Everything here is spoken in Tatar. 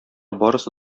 барысы